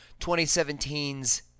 2017's